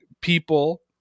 people